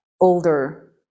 older